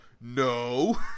no